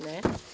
Ne.